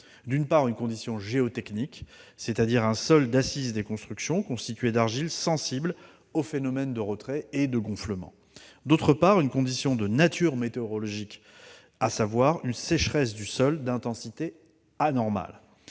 d'une part, une condition géotechnique- un sol d'assise des constructions constitué d'argiles sensibles au phénomène de retrait et de gonflement -, et, d'autre part, une condition de nature météorologique, à savoir une sécheresse du sol d'intensité anormale.